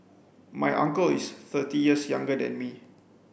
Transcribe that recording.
my uncle is thirty years younger than me